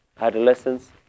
adolescence